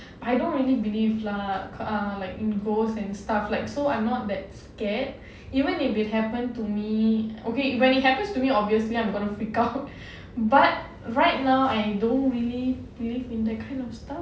I don't really believe lah like in ghost and stuff like so I'm not that scared even if it happened to me okay when it happens to me obviously I'm gonna freak out but right now I don't really believe in that kind of stuff